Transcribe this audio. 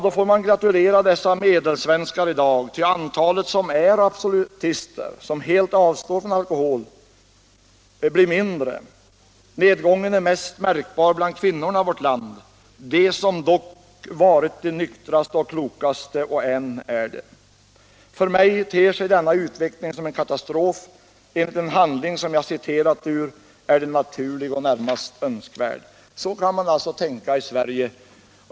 Då får man gratulera dessa medelsvenskar i dag, ty antalet absolutister — som helt avstår från alkohol — blir mindre. Nedgången är mest märkbar bland kvinnorna i vårt land — de som dock varit de nyktraste och klokaste, och än är det! För mig ter sig denna utveckling som en katastrof. Enligt den handling som jag citerat ur är den naturlig och närmast önskvärd. Så kan man alltså tänka i Sverige.